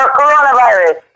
coronavirus